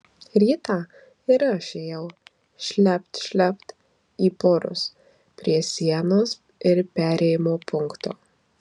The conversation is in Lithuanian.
rytą ir aš ėjau šlept šlept į porus prie sienos ir perėjimo punkto